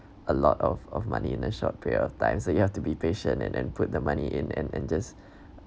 a lot of of money in a short period time so you have to be patient and then put the money in and and just